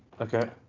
okay